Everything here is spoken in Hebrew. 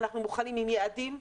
אנחנו מוכנים עם יעדים,